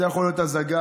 זה יכול להיות הזגג,